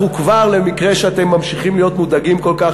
למקרה שאתם ממשיכים להיות מודאגים כל כך,